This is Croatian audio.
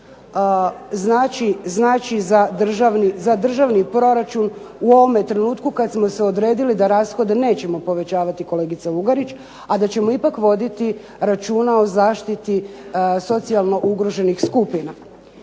znači za državni proračun u ovome trenutku kad smo se odredili da rashode nećemo povećavati, kolegice Lugarić, a da ćemo ipak voditi računa o zaštiti socijalno ugroženih skupina.